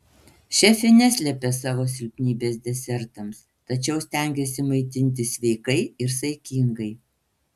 šefė neslepia savo silpnybės desertams tačiau stengiasi maitintis sveikai ir saikingai